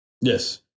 Yes